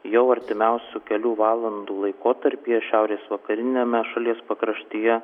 jau artimiausių kelių valandų laikotarpyje šiaurės vakariniame šalies pakraštyje